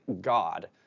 God